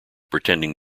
pretending